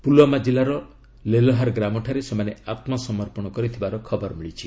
ପୁଲ୍ୱାମା ଜିଲ୍ଲାର ଲେଲହାର ଗ୍ରାମଠାରେ ସେମାନେ ଆତ୍କସମର୍ପଣ କରିଥିବାର ଖବର ମିଳିଛି